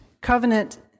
covenant